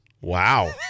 Wow